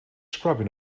scrubbing